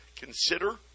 Consider